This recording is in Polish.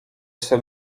swym